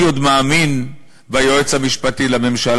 אני עוד מאמין ביועץ המשפטי לממשלה,